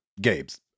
gabe's